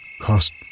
cost